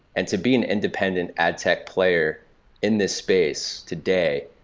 and to be an independent adtech player in this space today,